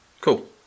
Cool